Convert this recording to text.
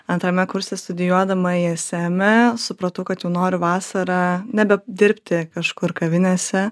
antrame kurse studijuodama isme supratau kad jau noriu vasarą nebe dirbti kažkur kavinėse